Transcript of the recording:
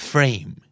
Frame